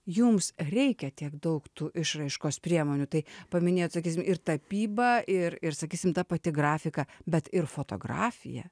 jums reikia tiek daug tų išraiškos priemonių tai paminėjot sakysim ir tapybą ir ir sakysim ta pati grafika bet ir fotografija